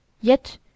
Yet